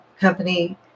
company